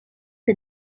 the